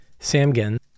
Samgen